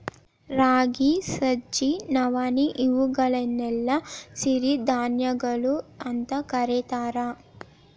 ರಾಗಿ, ಸಜ್ಜಿ, ನವಣಿ, ಇವುಗಳನ್ನೆಲ್ಲ ಸಿರಿಧಾನ್ಯಗಳು ಅಂತ ಕರೇತಾರ